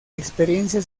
experiencia